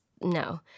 No